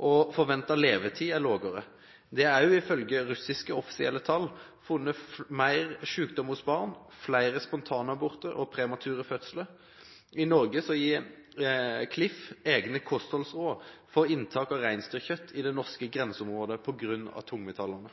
og forventet levetid er lavere. Det er også – ifølge russiske offisielle tall – funnet mer sykdom hos barn, flere spontanaborter og premature fødsler. I Norge gir Klif egne kostholdsråd for inntak av reinsdyrkjøtt i det norske grenseområdet på grunn av tungmetallene.